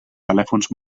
telèfons